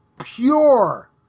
pure